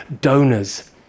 donors